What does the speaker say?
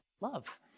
love